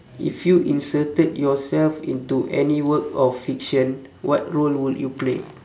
if you inserted yourself into any work of fiction what role would you play